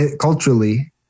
culturally